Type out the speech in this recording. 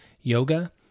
yoga